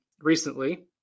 recently